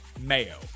mayo